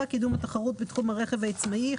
קידום התחרות בתחום הרכב העצמאי.